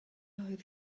oedd